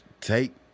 Take